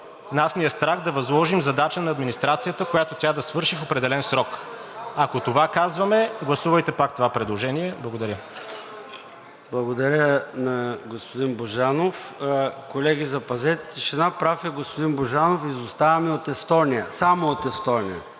нас ни е страх да възложим задача на администрацията, която тя да свърши в определен срок. Ако това казваме, гласувайте пак това предложение. Благодаря. ПРЕДСЕДАТЕЛ ЙОРДАН ЦОНЕВ: Благодаря на господин Божанов. (Шум в залата.) Колеги, запазете тишина. Прав е господин Божанов – изоставаме от Естония, само от Естония,